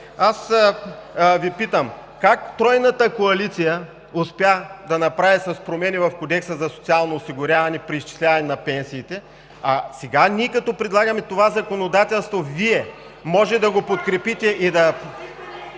аз Ви питам: как Тройната коалиция успя да направи с промени в Кодекса за социално осигуряване преизчисляване на пенсиите, а сега ние, като предлагаме това законодателство, Вие може да го подкрепите и…